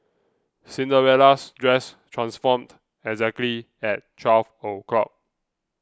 Cinderella's dress transformed exactly at twelve o'clock